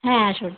হ্যাঁ আসুন